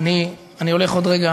חברי השר,